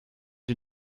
die